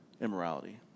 immorality